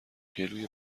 گلوی